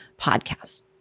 podcast